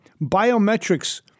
biometrics